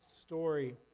story